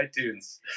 iTunes